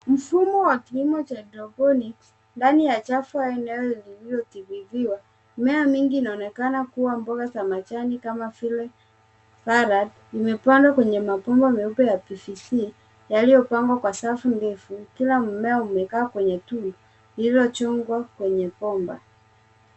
Mfumo wa kilimo cha hydroponics . Ndani ya chafu inayodhibitiwa, mimea mingi inaonekana kuwa mboga za majani kama vile salad imepandwa kwenye mabomba meupe ya [ cs] BCC yaliyopangwa kwa safu ndefu. Kila mmea umekaa kwenye tundu lililochungwa kwenye bomba.